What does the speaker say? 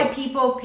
people